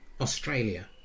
Australia